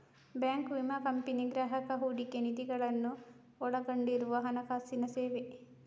bank, ವಿಮಾ company, ಗ್ರಾಹಕ ಹೂಡಿಕೆ ನಿಧಿಗಳನ್ನು ಒಳಗೊಂಡಿರುವ ಹಣಕಾಸಿನ ಸೇವೆ